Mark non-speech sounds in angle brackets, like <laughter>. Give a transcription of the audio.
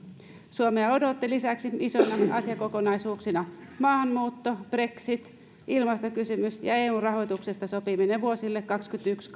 suomea odotti lisäksi isoina asiakokonaisuuksina maahanmuutto brexit ilmastokysymys eun rahoituksesta sopiminen vuosille kaksikymmentäyksi <unintelligible>